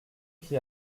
qui